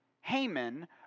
Haman